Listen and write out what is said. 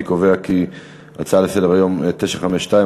אני קובע כי ההצעה לסדר-היום 952,